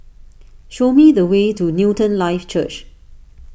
show me the way to Newton Life Church